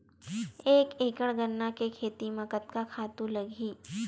एक एकड़ गन्ना के खेती म कतका खातु लगही?